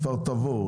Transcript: כפר תבור,